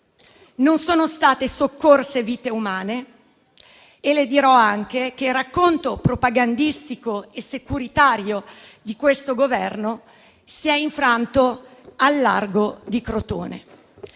Non sono state soccorse vite umane e le dirò anche che il racconto propagandistico e securitario di questo Governo si è infranto al largo di Crotone.